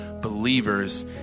believers